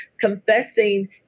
confessing